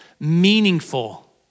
meaningful